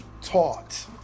taught